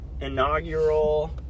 inaugural